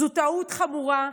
זו טעות חמורה,